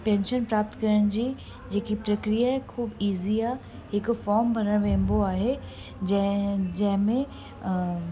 pension प्राप्त करण जी जेकी प्रक्रिया आहे ख़ूब इजी आहे हिकु फॉर्म भरणु वञिबो आहे जंहिं जंहिंमें